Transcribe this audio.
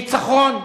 ניצחון.